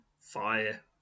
fire